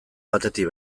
batetik